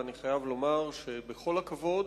ואני חייב לומר בכל הכבוד